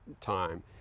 time